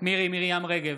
מירי מרים רגב,